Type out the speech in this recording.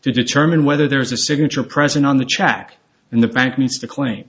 to determine whether there is a signature present on the check in the bank means to cl